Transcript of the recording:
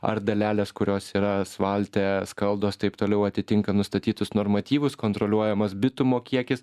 ar dalelės kurios yra asfalte skaldos taip toliau atitinka nustatytus normatyvus kontroliuojamas bitumo kiekis